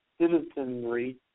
citizenry